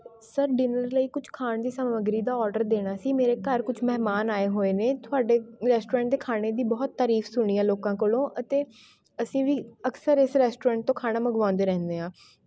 sir dinner ਲਈ ਕੁਛ ਖਾਣ ਦੀ ਸਮੱਗਰੀ ਦਾ ਔਡਰ ਦੇਣਾ ਸੀ ਮੇਰੇ ਘਰ ਕੁਛ ਮਹਿਮਾਨ ਆਏ ਹੋਏ ਨੇ ਤੁਹਾਡੇ ਰੈਸਟੋਰੈਂਟ ਦੇ ਖਾਣੇ ਦੀ ਬਹੁਤ ਤਾਰੀਫ ਸੁਣੀ ਹੈ ਲੋਕਾਂ ਕੋਲੋਂ ਅਤੇ ਅਸੀਂ ਵੀ ਅਕਸਰ ਇਸ ਰੈਸਟੋਰੈਂਟ ਤੋਂ ਖਾਣਾ ਮੰਗਵਾਉਂਦੇ ਰਹਿੰਦੇ ਹਾਂ